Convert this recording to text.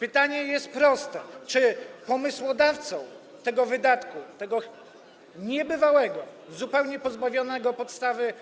Pytanie jest proste: Czy pomysłodawcą tego wydatku, tego niebywałego, zupełnie pozbawionego podstawy